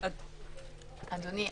אדוני,